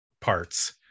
parts